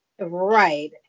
Right